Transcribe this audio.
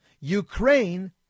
Ukraine